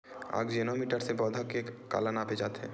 आकजेनो मीटर से पौधा के काला नापे जाथे?